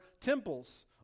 temples